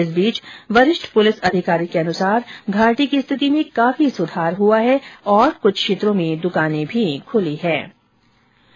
इस बीच वरिष्ठ पुलिस अधिकारी के अनुसार घाटी की स्थिति में काफी सुधार हुआ है और कुछ क्षेत्रो में दुकाने भी खुली हें